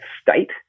state